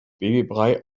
babybrei